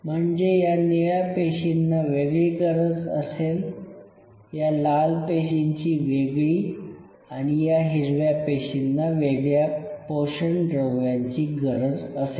म्हणजे या निळ्या पेशींना वेगळी गरज असेल या लाल पेशींची वेगळी आणि या हिरव्या पेशींना वेगळ्या पोषणद्रव्यांची गरज असेल